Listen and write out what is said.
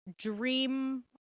Dream